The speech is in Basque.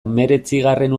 hemeretzigarren